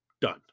done